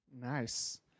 Nice